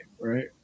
right